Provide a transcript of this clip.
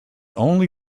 only